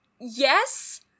yes